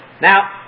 Now